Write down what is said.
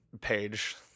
page